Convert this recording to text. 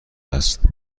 است